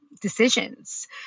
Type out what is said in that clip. decisions